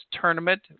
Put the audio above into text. tournament